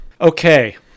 Okay